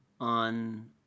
on